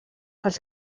els